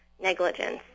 negligence